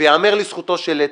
וייאמר לזכותו של איתן,